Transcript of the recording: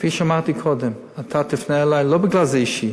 כפי שאמרתי קודם, אתה תפנה אלי, לא כי זה אישי,